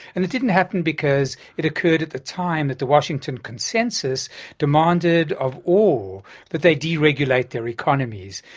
and it didn't happen because it occurred at the time that the washington consensus demanded of all that they deregulate their economies.